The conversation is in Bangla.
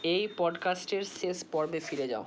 এই পডকাস্টের শেষ পর্বে ফিরে যাও